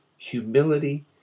Humility